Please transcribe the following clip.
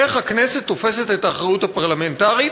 איך הכנסת תופסת את האחריות הפרלמנטרית,